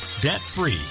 debt-free